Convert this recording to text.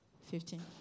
Fifteen